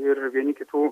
ir vieni kitų